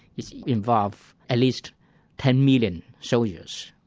it involved at least ten million soldiers.